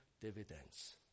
dividends